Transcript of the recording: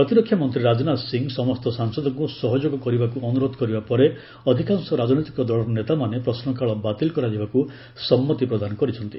ପ୍ରତିରକ୍ଷାମନ୍ତ୍ରୀ ରାଜନାଥ ସିଂହ ସମସ୍ତ ସାଂସଦଙ୍କୁ ସହଯୋଗ କରିବାକୁ ଅନୁରୋଧ କରିବା ପରେ ଅଧିକାଂଶ ରାଜନୈତିକ ଦଳର ନେତାମାନେ ପ୍ରଶ୍ନକାଳ ବାତିଲ କରାଯିବାକୁ ସମ୍ମତି ପ୍ରଦାନ କରିଛନ୍ତି